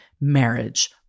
marriage